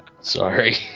Sorry